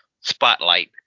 spotlight